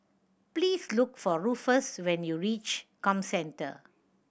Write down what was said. please look for Ruffus when you reach Comcentre